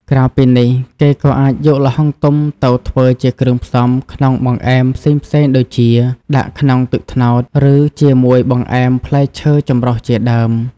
ក្រៅពីនេះ គេក៏អាចយកល្ហុងទុំទៅធ្វើជាគ្រឿងផ្សំក្នុងបង្អែមផ្សេងៗដូចជា ដាក់ក្នុងទឹកត្នោត ឬជាមួយបង្អែមផ្លែឈើចំរុះជាដើម។